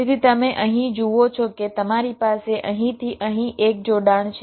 તેથી તમે અહીં જુઓ છો કે તમારી પાસે અહીંથી અહીં એક જોડાણ છે